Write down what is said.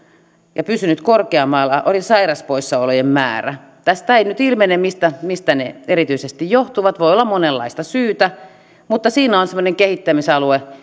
ja pysynyt korkeammalla oli sairauspoissaolojen määrä tästä ei nyt ilmene mistä mistä ne erityisesti johtuvat voi olla monenlaista syytä mutta siinä on on semmoinen kehittämisalue